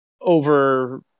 over